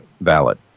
valid